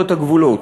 הגבולות.